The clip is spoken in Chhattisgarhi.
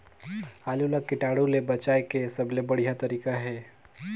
आलू ला कीटाणु ले बचाय के सबले बढ़िया तारीक हे?